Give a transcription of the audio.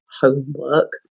homework